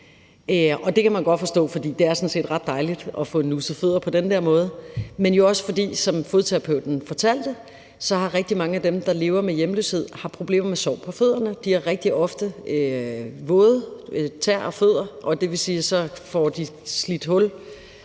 Det kan man godt forstå, for det er sådan set ret dejligt at få nusset sine fødder på den der måde, men det var jo også, som fodterapeuten fortalte, fordi rigtig mange af dem, der lever med hjemløshed, har problemer med sår på fødderne. De har rigtig ofte våde tæer og fødder, og det betyder, at de får slidt hul